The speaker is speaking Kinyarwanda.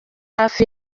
hafi